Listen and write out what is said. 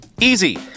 Easy